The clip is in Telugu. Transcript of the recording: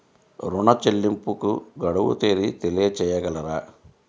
ఋణ చెల్లింపుకు గడువు తేదీ తెలియచేయగలరా?